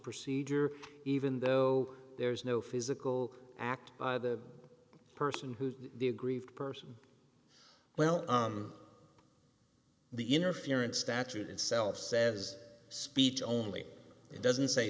procedure even though there's no physical act by the person who's the aggrieved person well the interference statute itself says speech only it doesn't say